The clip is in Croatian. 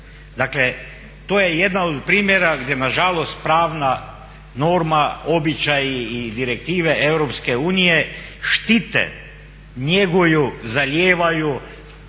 Dakle to je jedna od primjera gdje nažalost pravna norma, običaji i direktive Europske unije štite, njeguju, zalijevaju,